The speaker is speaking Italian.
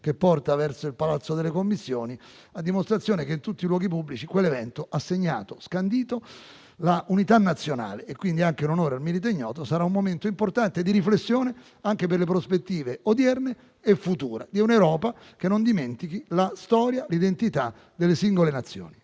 che porta verso il palazzo delle Commissioni, a dimostrazione che in tutti i luoghi pubblici quell'evento ha segnato e scandito l'unità nazionale. Pertanto, l'onore al Milite ignoto sarà un momento importante di riflessione, anche per le prospettive odierne e future di un'Europa che non dimentichi la storia e l'identità delle singole Nazioni.